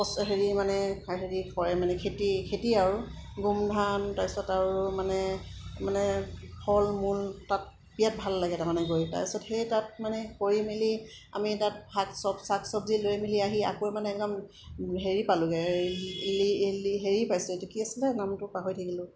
হেৰি মানে হেৰি কৰে মানে খেতি খেতিয়ে আৰু গোম ধান তাৰপিছত আৰু মানে মানে ফলমূল তাত বিৰাট ভাল লাগে তাৰমানে গৈ তাৰপিছত সেই তাত মানে কৰি মেলি আমি তাত ভাত শাক চবজি চাক চব্জি লৈ মেলি আহি আকৌ মানে একদম হেৰি পালোঁগৈ হেৰি পাইছোঁ এইটো কি আছিলে নামটো পাহৰি থাকিলোঁ